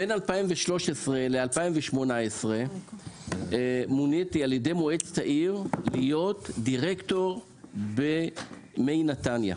בין 2013 ל-2018 מוניתי על ידי מועצת העיר להיות דירקטור במי נתניה,